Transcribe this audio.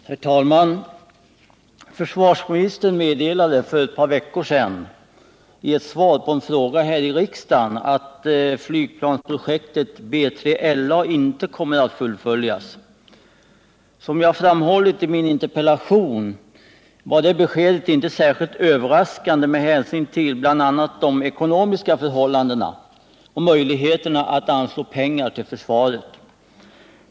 Herr talman! Försvarsministern meddelade för ett par veckor sedan i ett svar på en fråga i riksdagen, att flygplansprojektet BILA inte kommer att fullföljas. Som jag framhållit i interpellationen var detta besked inte överraskande med hänsyn till bl.a. de ekonomiska förhållandena och möjligheterna att anslå pengar till försvaret.